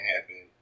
happen